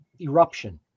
eruption